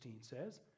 says